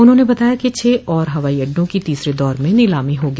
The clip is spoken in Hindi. उन्होंने बताया कि छः और हवाई अडडों की तीसरे दौर में नीलामी होगी